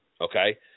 okay